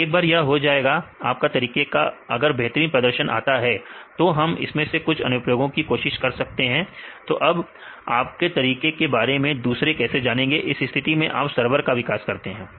जब एक बार यह हो जाएगा आपका तरीके का अगर बेहतरीन प्रदर्शन होता है तो हम इसके कुछ अनुप्रयोगों की कोशिश कर सकते हैं तो अब आपकी तरीके के बारे में दूसरे कैसे जानेंगे इस स्थिति में आप सरवर का विकास कर सकते हैं